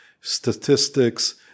statistics